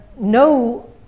no